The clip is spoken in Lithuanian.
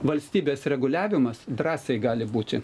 valstybės reguliavimas drąsiai gali būti